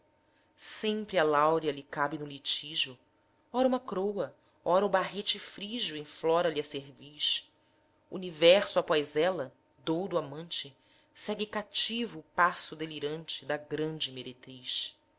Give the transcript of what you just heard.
sempre a láurea lhe cabe no litígio ora uma c'roa ora o barrete frígio enflora lhe a cerviz universo após ela doudo amante segue cativo o passo delirante da grande meretriz